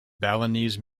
balinese